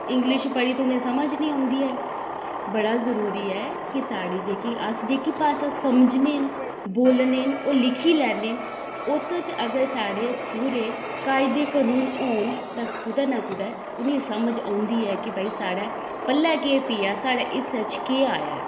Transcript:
English पढ़ी ते उ'नें गी समझ निं औंदी ऐ बड़ा जरूरी ऐ कि साढ़ी जेह्की अस जेह्की भाशा समझने न बोलने न ओह् लिखी लैन्ने न ओह्दे च अगर साढ़े पूर कायदे कनून होन तां कुदै ना कुदै उ'नें गी समझ औंदी ऐ कि भाई साढ़े पल्लै केह् पेआ साढ़े हिस्से च केह् आया ऐ